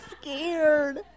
scared